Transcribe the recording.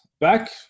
back